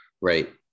Right